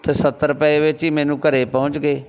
ਅਤੇ ਸੱਤਰ ਰੁਪਏ ਵਿੱਚ ਹੀ ਮੈਨੂੰ ਘਰ ਪਹੁੰਚ ਗਏ